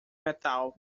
metal